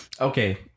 Okay